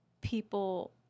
people